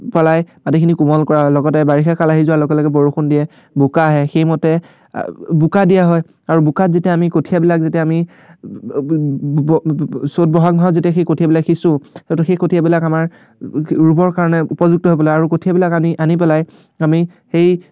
পেলাই মাটিখিনি কোমল কৰা হয় লগতে বাৰিষা কাল আহি যোৱাৰ লগে লগে বৰষুণ দিয়ে বোকা আহে সেই মতে বোকা দিয়া হয় আৰু বোকাত যেতিয়া আমি কঠীয়াবিলাক যেতিয়া আমি চ'ত বহাগ মাহত যেতিয়া সেই কঠিয়াবিলাক সিঁচো তো সেই কঠীয়াবিলাক আমাৰ ৰুবৰ কাৰণে উপযুক্ত হৈ পৰে আৰু কঠীয়াবিলাক আমি আনি পেলাই আমি সেই